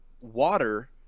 water